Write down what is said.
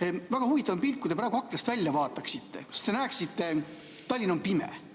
Väga huvitav on pilt – kui te praegu aknast välja vaataksite, siis te näeksite, et Tallinn on pime.